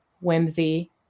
whimsy